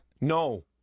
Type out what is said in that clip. No